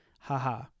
haha